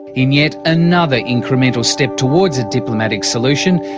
in yet another incremental step towards a diplomatic solution,